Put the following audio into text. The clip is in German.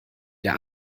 der